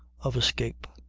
of escape.